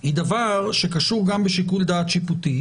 היא דבר שקשור גם בשיקול דעת שיפוטי,